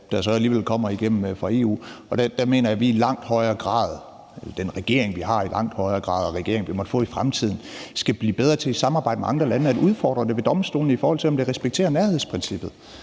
som så alligevel kommer igennem fra EU. Der mener jeg, at den regering, vi har, og den regering, vi måtte få i fremtiden, i langt højere grad skal blive bedre til i samarbejde med andre lande at udfordre det ved domstolene, i forhold til om det respekterer nærhedsprincippet,